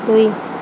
দুই